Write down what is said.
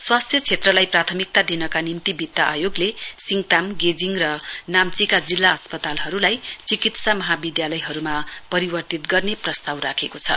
स्वाथ्य क्षेत्रलाई प्राथमिकता दिनका लागि वित्त आयोगले सिङताम गेजिङ र नाम्चीमा जिल्ला अस्पतालहरूलाई चिकित्सा महाविद्यालयहरूमा परिवर्तित गर्ने प्रस्ताव राखेको छ